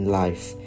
life